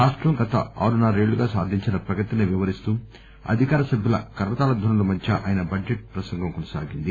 రాష్టం గత ఆరున్న రేళ్లుగా సాధించిన ప్రగతిని వివరిస్తూ అధికార సభ్యుల కరతాళధ్వనుల మధ్య ఆయన బడ్జెట్ ప్రసంగం కొనసాగింది